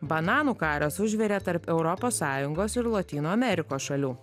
bananų karas užvirė tarp europos sąjungos ir lotynų amerikos šalių